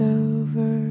over